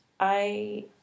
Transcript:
I